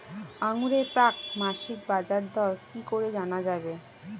আঙ্গুরের প্রাক মাসিক বাজারদর কি করে জানা যাবে?